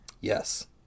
Yes